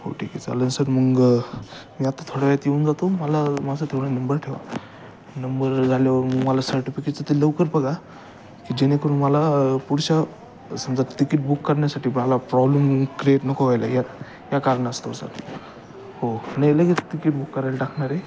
हो ठीक आहे चालेल ना सर मग मी आता थोड्या वेळात येऊन जातो मला माझा तेवढा नंबर ठेवा नंबर झाल्यावर मग मला सर्टिफिकेटचं ते लवकर बघा की जेणेकरून मला पुढच्या समजा तिकीट बुक करण्यासाठी मला प्रॉब्लेम क्रिएट नको व्हायला या या कारणास्तव सर हो नाही लगेच तिकीट बुक करायला टाकणार आहे